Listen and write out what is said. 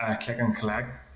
click-and-collect